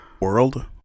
world